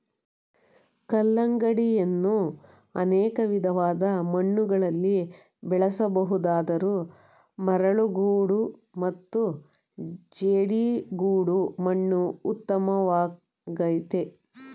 ಕಲ್ಲಂಗಡಿಯನ್ನು ಅನೇಕ ವಿಧವಾದ ಮಣ್ಣುಗಳಲ್ಲಿ ಬೆಳೆಸ ಬಹುದಾದರೂ ಮರಳುಗೋಡು ಮತ್ತು ಜೇಡಿಗೋಡು ಮಣ್ಣು ಉತ್ತಮವಾಗಯ್ತೆ